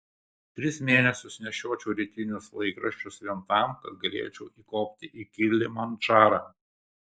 tris mėnesius nešiočiau rytinius laikraščius vien tam kad galėčiau įkopti į kilimandžarą